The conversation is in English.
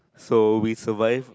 so we survived